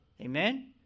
Amen